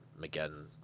McGinn